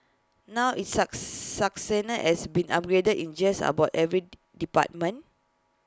now its sucks suck sender has been upgraded in just about every D department